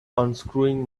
unscrewing